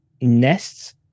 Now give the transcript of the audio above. nests